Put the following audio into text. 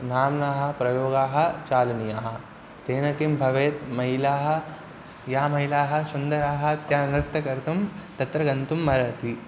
नाम्नाः प्रयोगाः चालनीयाः तेन किं भवेत् महिलाः या महिलाः सुन्दराः त्य नृत्यं कर्तुं तत्र गन्तुमर्हति